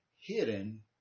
hidden